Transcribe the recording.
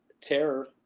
terror